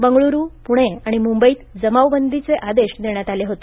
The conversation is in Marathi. बंगळूर पुणे आणि मुंबईत जमावबंदीचे आदेश देण्यात आले होते